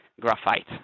graphite